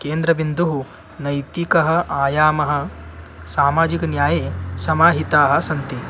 केन्द्रबिन्दुः नैतिकाः आयामाः सामाजिकन्याये समाहिताः सन्ति